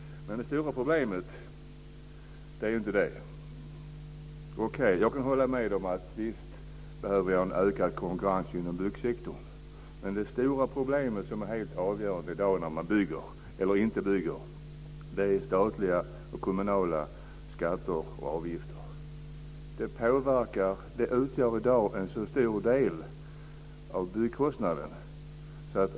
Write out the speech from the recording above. Men det stora problemet är inte detta. Okej, jag kan hålla med att det behövs en ökad konkurrens inom byggsektorn. Men det stora problemet som är helt avgörande i dag för om man ska bygga eller inte bygga är statliga och kommunala skatter och avgifter. De utgör en stor del av byggkostnaden.